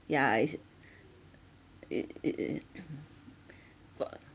yeah is it it it